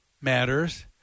matters